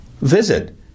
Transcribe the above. Visit